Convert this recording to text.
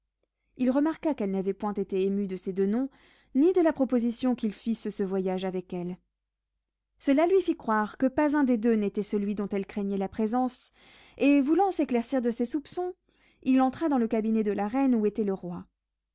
il remarqua qu'elle n'avait point été émue de ces deux noms ni de la proposition qu'ils fissent ce voyage avec elle cela lui fit croire que pas un des deux n'était celui dont elle craignait la présence et voulant s'éclaircir de ses soupçons il entra dans le cabinet de la reine où était le roi